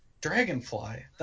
Dragonfly